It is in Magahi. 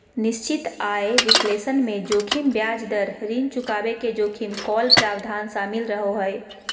निश्चित आय विश्लेषण मे जोखिम ब्याज दर, ऋण चुकाबे के जोखिम, कॉल प्रावधान शामिल रहो हय